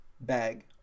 Bag